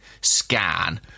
scan